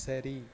சரி